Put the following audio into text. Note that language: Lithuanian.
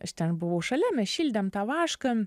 aš ten buvau šalia mes šildėm tą vašką